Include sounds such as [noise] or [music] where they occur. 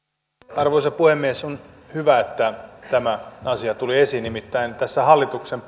arvoisa puhemies on hyvä että tämä asia tuli esiin nimittäin tästä hallituksen [unintelligible]